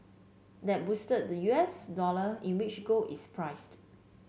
that boosted the U S dollar in which gold is priced